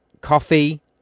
coffee